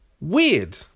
weird